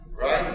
right